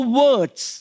words